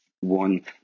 one